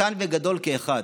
קטן וגדול כאחד,